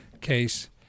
case